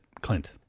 Clint